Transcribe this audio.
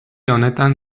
honetan